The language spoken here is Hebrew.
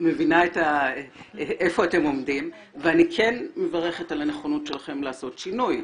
מבינה איפה אתם עומדים ואני כן מברכת על הנכונות שלכם לעשות שינוי.